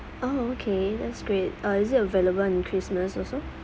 oh okay that's great uh is it available in christmas also